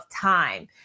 time